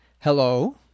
Hello